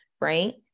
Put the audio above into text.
Right